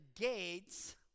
gates